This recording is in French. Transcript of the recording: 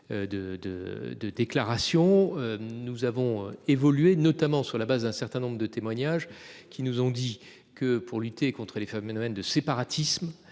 de déclaration. Puis, nous avons évolué, notamment à la suite d'un certain nombre de témoignages établissant que, pour lutter contre le phénomène du séparatisme,